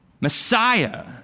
Messiah